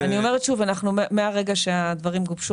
מהרגע שהדברים גובשו,